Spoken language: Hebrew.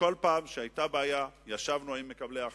שבאה עם גזירות